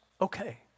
okay